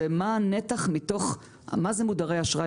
מה זה מודרי אשראי,